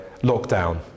lockdown